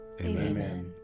Amen